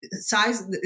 size